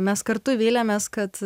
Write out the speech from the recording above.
mes kartu vylėmės kad